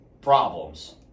problems